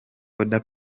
oda